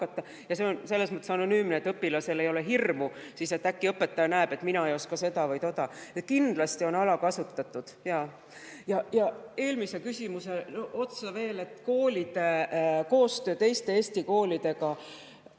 Ja see on selles mõttes anonüümne, et õpilasel ei ole hirmu, et äkki õpetaja näeb, et mina ei oska seda või toda. Kindlasti on see alakasutatud. Ja eelmise küsimuse otsa veel, et [tähtis on] koolide